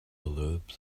lobes